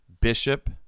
Bishop